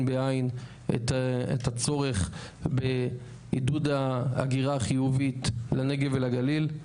בעין את הצורך בעידוד ההגירה החיובית לנגב ולגליל.